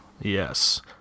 Yes